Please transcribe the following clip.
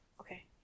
Okay